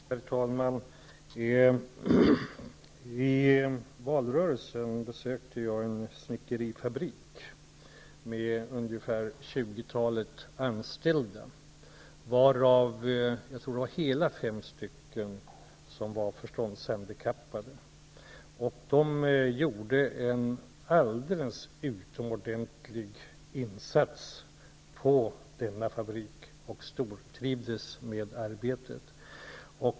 Herr talman! I valrörelsen besökte jag en snickerifabrik som hade ungefär 20 anställda. Jag tror att så många som fem stycken av dessa var förståndshandikappade. De gjorde en alldeles utomordentlig insats på denna fabrik, och de stortrivdes med sitt arbete.